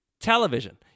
television